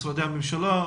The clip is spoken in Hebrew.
משרדי הממשלה.